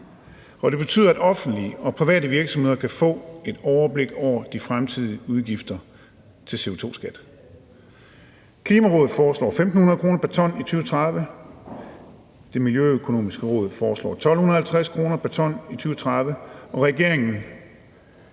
det betyder, at offentlige og private virksomheder kan få et overblik over de fremtidige udgifter til en CO2-skat. Klimarådet foreslår 1.500 kr. pr. ton i 2030, Det Miljøøkonomiske Råd foreslår 1.250 kr. pr. ton i 2030,